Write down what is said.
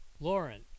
Lauren